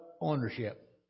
ownership